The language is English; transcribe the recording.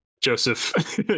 Joseph